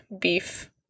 beef